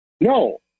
No